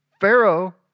Pharaoh